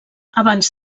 abans